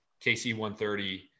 KC-130